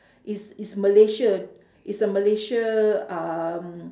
is is malaysia is a malaysia um